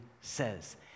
says